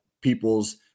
people's